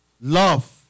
Love